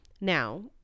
Now